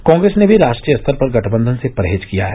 कांग्रेस ने भी राष्ट्रीय स्तर पर गठबंधन से परहेज किया है